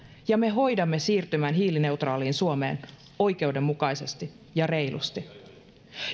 ja me hoidamme siirtymän hiilineutraaliin suomeen oikeudenmukaisesti ja reilusti